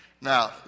Now